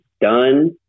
done